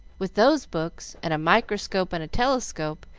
with those books, and a microscope and a telescope,